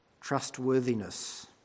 trustworthiness